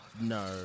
No